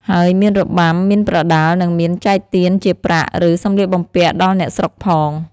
ហើយមានរបាំ មានប្រដាល់ និងមានចែកទានជាប្រាក់ ឬសំលៀកបំពាក់ដល់អ្នកស្រុកផង ។